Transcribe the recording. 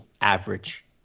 average